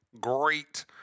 Great